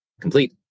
complete